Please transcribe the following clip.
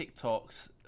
tiktoks